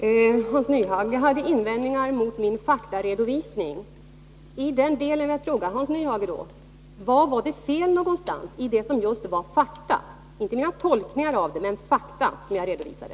Herr talman! Hans Nyhage hade invändningar mot min faktaredovisning. I den delen vill jag då fråga honom: Var var det fel någonstans i de fakta — inte mina tolkningar av dem — som jag redovisade?